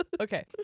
Okay